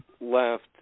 left